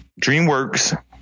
dreamworks